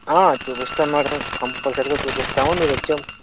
చూపిస్తాం మ్యాడం కంపల్సరీగా చూపిస్తాం మీరు వచ్చే